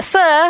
Sir